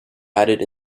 added